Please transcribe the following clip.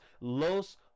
Los